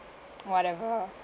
whatever